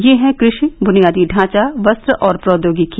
ये हैं कृषि बुनियादी ढांचा वस्त्र और प्रौद्योगिकी